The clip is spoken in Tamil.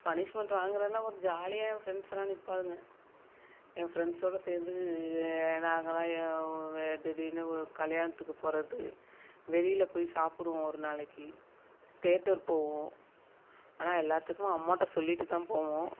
பனிஷ்மெண்ட் வாங்குறதுல்லாம் ஒரு ஜாலியாக என் ஃப்ரெண்ட்ஸெல்லாம் நிற்பாளுங்க என் ஃப்ரெண்ட்ஸோடு சேர்ந்து நாங்கள்லாம் திடீர்னு ஒரு கல்யாணத்துக்கு போகிறது வெளியில் போய் சாப்பிடுவோம் ஒரு நாளைக்கு தேட்டர் போவோம் ஆனால் எல்லாத்துக்கும் அம்மாட்ட சொல்லிட்டு தான் போவோம்